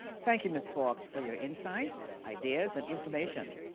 thank you, miss fawkes for your in sight, ideas and information.